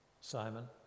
Simon